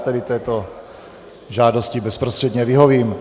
Tedy této žádosti bezprostředně vyhovím.